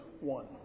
one